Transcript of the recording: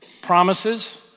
promises